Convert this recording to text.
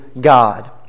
God